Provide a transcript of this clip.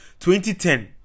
2010